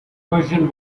version